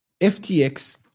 FTX